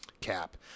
Cap